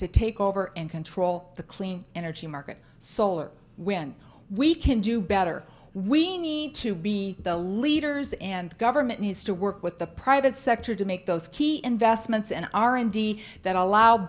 to take over and control the clean energy market solar wind we can do better we need to be the leaders and the government needs to work with the private sector to make those key investments in r and d that allow